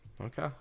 Okay